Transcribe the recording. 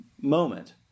moment